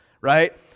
right